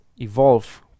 evolve